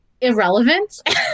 irrelevant